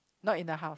no in the house